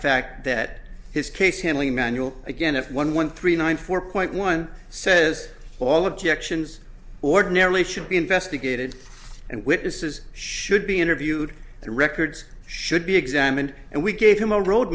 fact that his case handling manual again if one one three nine four point one says all objections ordinarily should be investigated and witnesses should be interviewed the records should be examined and we gave him a road